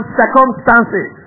circumstances